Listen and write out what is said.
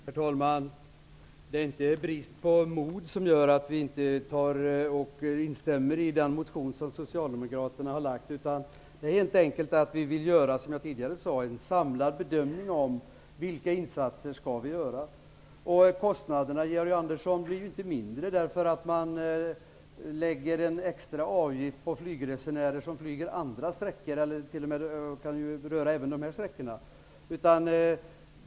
Herr talman! Det är inte brist på mod som gör att vi inte instämmer i den motion som socialdemokraterna har väckt, utan det beror helt enkelt på att vi, som jag tidigare sade, vill göra en samlad bedömning av vilka insatser vi skall göra. Kostnaderna blir inte mindre, Georg Andersson, därför att man lägger en extra avgift på flygresor på olika sträckor, inkl. den här aktuella.